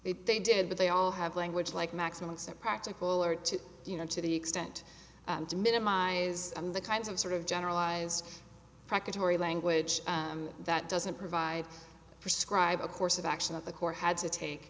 if they did but they all have language like maximus that practical or to you know to the extent to minimize the kinds of sort of generalized cracker tory language that doesn't provide prescribe a course of action at the core had to take